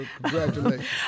Congratulations